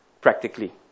practically